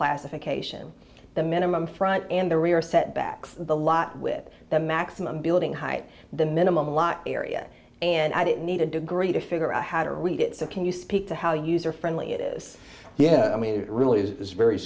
classification the minimum front and the rear setbacks the lot with the maximum building high the minimum a lot area and i don't need a degree to figure out how to read it so can you speak to how user friendly it is yeah i mean it really is